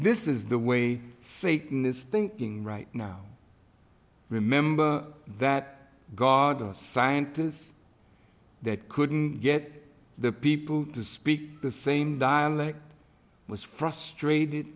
this is the way satan is thinking right now remember that god us scientists that couldn't get the people to speak the same dialect was frustrated